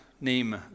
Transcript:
name